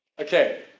Okay